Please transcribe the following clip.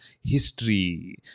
history